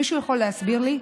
מישהו יכול להסביר לי?